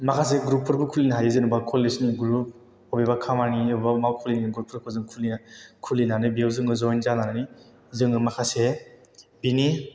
माखासे ग्रुप फोरबो खुलिनो हायो जेनेबा कलेज नि ग्रुप बबेबा खामानि एबा मावखुलिनि ग्रुप फोरखौ जों खुलिनानै बेयाव जोङो जइन जानानै जोङो माखासे बेनि